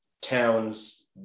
towns